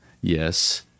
Yes